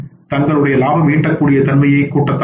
தங்களுடைய லாபம் ஈட்டக்கூடிய தன்மையை கூட்டத்தான் வேண்டும்